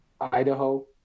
idaho